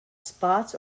spots